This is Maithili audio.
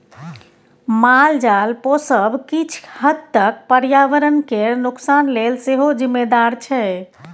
मालजाल पोसब किछ हद तक पर्यावरण केर नोकसान लेल सेहो जिम्मेदार छै